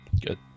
good